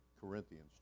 Corinthians